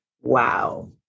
Wow